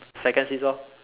second sis lor